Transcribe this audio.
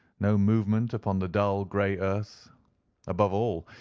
no movement upon the dull, grey earth above all,